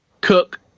Cook